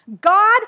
God